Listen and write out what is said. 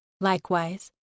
Likewise